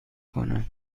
کنم